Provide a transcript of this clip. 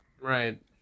Right